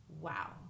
wow